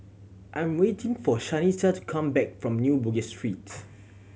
I'm waiting for Shanita to come back from New Bugis Street